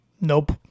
Nope